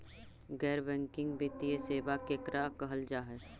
गैर बैंकिंग वित्तीय सेबा केकरा कहल जा है?